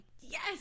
Yes